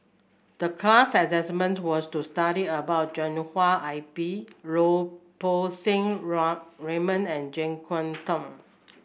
the class assignment was to study about Joshua I P Lau Poo Seng Raymond and JeK Yeun Thong